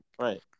right